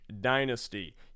dynasty